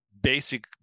basic